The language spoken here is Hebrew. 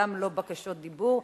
גם לא בקשות דיבור.